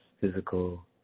physical